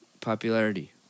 popularity